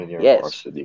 Yes